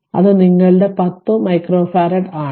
അത് നിങ്ങളുടെ 10 മൈക്രോഫാരഡ ആണ്